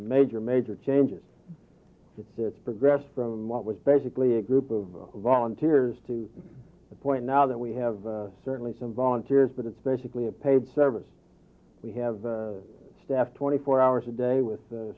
major major changes it's this progress from what was basically a group of volunteers to the point now that we have certainly some volunteers but it's basically a paid service we have staffed twenty four hours a day with